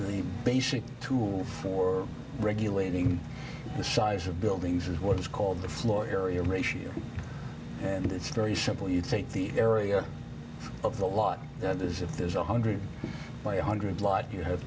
the basic tool for regulating the size of buildings is what is called the floor area ratio and it's very simple you take the area of the lot that is if there's a hundred by hundred lot you have